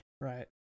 Right